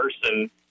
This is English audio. person